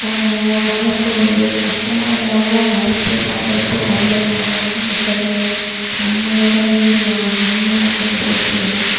மனசோர்வு கஷ்டமா இருந்தாலும் அந்த ஐபிஎல் பாக்கிறப்போ நம்மை நம்ம சென்னை நம்மளோட இந்தியா நம்ம அப்படின்னு சொல்லிட்டு இல்லை